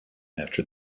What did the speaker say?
after